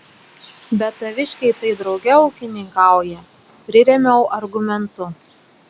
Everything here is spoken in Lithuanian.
bet taviškiai tai drauge ūkininkauja prirėmiau argumentu